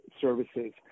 services